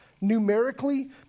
Numerically